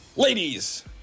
Ladies